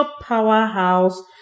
powerhouse